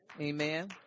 Amen